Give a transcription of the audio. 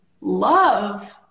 Love